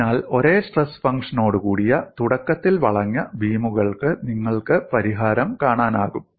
അതിനാൽ ഒരേ സ്ട്രെസ് ഫംഗ്ഷനോടുകൂടിയ തുടക്കത്തിൽ വളഞ്ഞ ബീമുകൾക്ക് നിങ്ങൾക്ക് പരിഹാരം കാണാനാകും